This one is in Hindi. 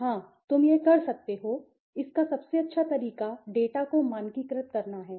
हां तुम यह कर सकते हो इसका सबसे अच्छा तरीका डेटा को मानकीकृत करना है